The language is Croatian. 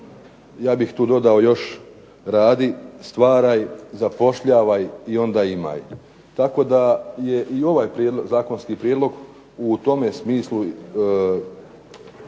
ja bih tu dodao još radi, stvaraj, zapošljavaj i onda imaj. Tako da je i ovaj zakonski prijedlog u tome smislu